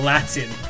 Latin